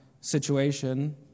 situation